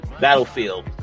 battlefield